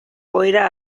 joera